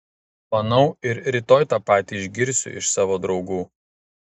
manau ir rytoj tą patį išgirsiu iš savo draugų